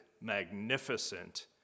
magnificent